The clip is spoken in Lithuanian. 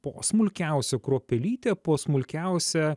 po smulkiausią kruopelytę po smulkiausią